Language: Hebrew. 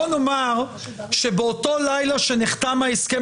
בואו נאמר שבאותו לילה שנחתם ההסכם